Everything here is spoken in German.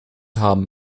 haben